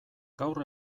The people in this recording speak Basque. gaur